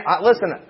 Listen